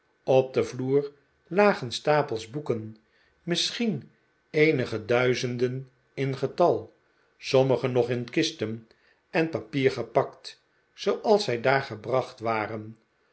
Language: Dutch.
op den vloer lagen stapels boeken misschien eenige duizenden in getal sommige nog in kisten en papier gepakt zooals zij daar gebracht waren